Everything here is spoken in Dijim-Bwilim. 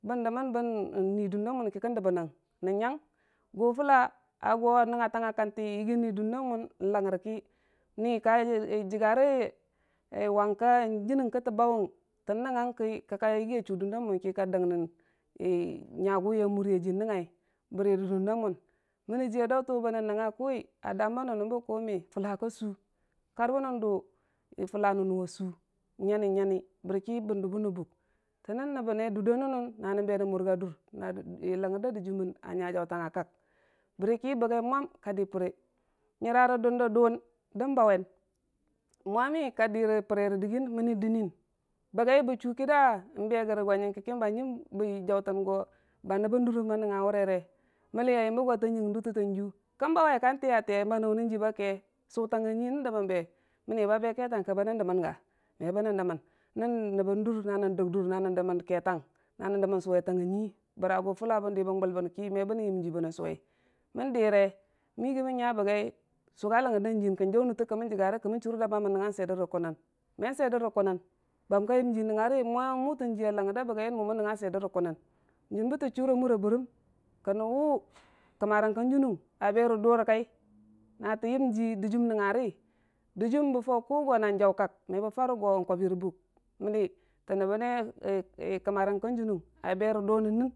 Bon domon bon nui dun da muni kikən dəmən nən non nyang gʊ fʊlla a go nən ngngatangnga kanta yəngi nui dun damun n'langngərki nii ka jəkgari wung ka jən nən kətə buu wung tə nəngngai ka dəknən nyaguwi amurajii nəng ngai bərirə dun da mun mənni jiiya dautən we lənən kəngnga kuwi a dane ba nən bə kuwu mimii fulla kasu karbon nən dʊ fulla non nʊ a su nyani nyani bərki bən dʊbon na buk ton nən nəbbə ne dunda nʊ nən na mən be mən murga dur na langngər da dədiim mon a nya dautangnga kul bərki bogai mwan ka dərpere nyira rə dun də dʊwun dən bau wen mwanii ka dəre pere ro dəgi mənni dənən nə gai bo chu ki daa bəgore go nyəng keki bənjombə jautən go bə nəbbən durəm a nəngngawarere monni a yombo go tə nyəng duntaa jiiyu kənbauwe kan tiiya tiiyai ba nən wune la ke su tang nga nyi ndəmən be, mənni ba be ketang kə bənən dəmən ga? me bənən dəmən nəni nəbbən dur na nən dək dur nə nən də mən ke təng, na nən dəmən su tang, na nən suvetang nyi bəra gufulla bə də bən gul bəniki me bən nən yəm jii lən suve məndəre bən yaggi nya bo gai su ga langngər dan jiiyən jək nəntə kə mən dəkgare kəmmən chʊre mo bam bə nəngnga swer də rə gʊnən me swer dəri gʊnən ban ka yəm jii nəng ngari moi mʊ tən jiiya langngər da bəgaiyən mʊ mən nəngnga swer dədə kʊ nən jən bə chira mura bərəm kən nən wʊ kəmmarang bən nən a bəri dorə kan na təyəmjii dajɨɨm nəngngari dəjɨɨ bə fuu daʊ na nən jaukak me bə fare go kwabi rə buk mənni tə nəbəne kəmmarang ka dənəng a beri do nən nəng.